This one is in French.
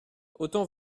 autant